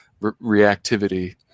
reactivity